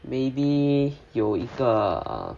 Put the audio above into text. maybe 有一个 uh